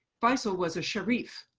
faisal was a sharif,